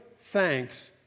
thanks